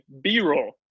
B-roll